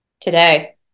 today